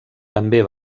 també